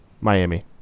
Miami